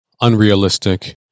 unrealistic